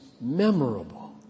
memorable